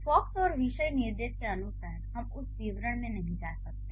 focus और विषय निर्देश के अनुसार हम उस विवरण में नहीं जा रहे हैं